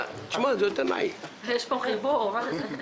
הצבעה בעד ההודעה פה אחד ההודעה אושרה.